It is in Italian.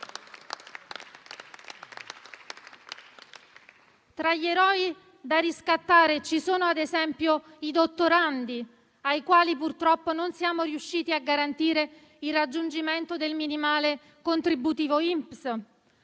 Tra gli eroi da riscattare ci sono, ad esempio, i dottorandi, ai quali purtroppo non siamo riusciti a garantire il raggiungimento del minimale contributivo INPS;